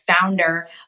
founder